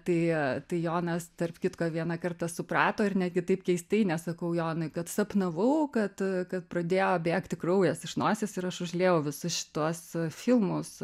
tai tai jonas tarp kitko vieną kartą suprato ir netgi taip keistai nes sakau jonui kad sapnavau kad kad pradėjo bėgti kraujas iš nosies ir aš užliejau visus šituos filmus